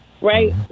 right